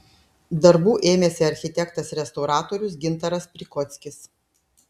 darbų ėmėsi architektas restauratorius gintaras prikockis